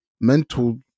Mental